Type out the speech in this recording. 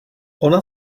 ona